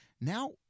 now